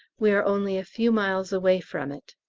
we are only a few miles away from it.